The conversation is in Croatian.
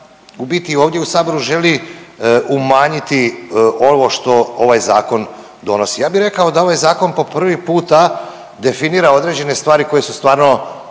u biti ovdje u Saboru želi umanjiti ovo što ovaj zakon donosi. Ja bih rekao da ovaj zakon po prvi puta definira određene stvari koje su stvarno